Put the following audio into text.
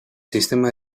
sistema